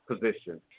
position